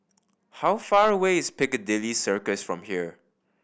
how far away is Piccadilly Circus from here